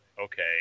okay